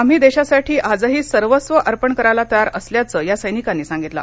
आम्ही देशासाठी आजही सर्वस्व अर्पण करायला तयार असल्याचं या सैनिकांनी सांगितलं